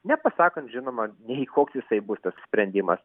nepasakant žinoma nei koks jisai bus tas sprendimas